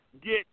get